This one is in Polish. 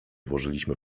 włożyliśmy